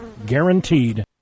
guaranteed